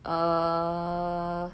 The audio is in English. uh